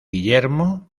guillermo